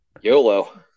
yolo